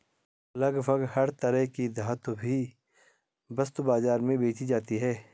लगभग हर तरह की धातु भी वस्तु बाजार में बेंची जाती है